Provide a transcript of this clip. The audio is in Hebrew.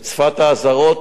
את שפת האזהרות,